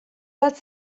bat